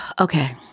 Okay